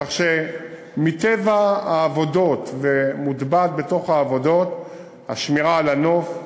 כך שמטבע העבודות מוטבעת בתוך העבודות השמירה על הנוף,